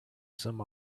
some